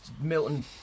Milton